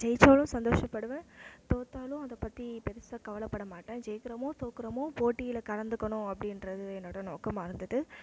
ஜெயிச்சாலும் சந்தோஷப்படுவேன் தோற்றாலும் அதைப் பற்றி பெருசாக கவலைப்பட மாட்டேன் ஜெயிக்கிறமோ தோற்கறமோ போட்டியில் கலந்துக்கணும் அப்படின்றது என்னோட நோக்கமாக இருந்தது